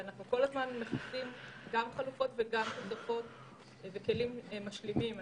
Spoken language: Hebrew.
אנחנו כל הזמן מחפשים חלופות, שאלה כלים משלימים.